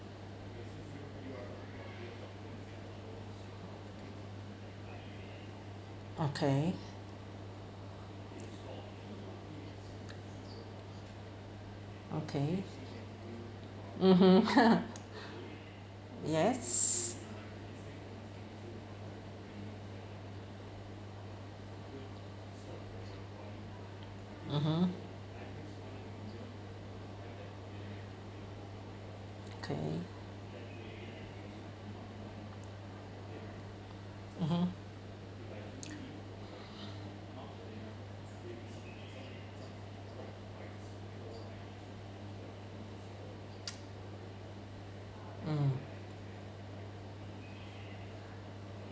okay okay mmhmm yes mmhmm okay mmhmm mm